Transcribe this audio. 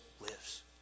lives